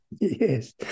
Yes